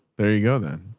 there you go. then.